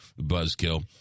buzzkill